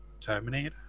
Terminator